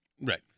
Right